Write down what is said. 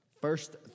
first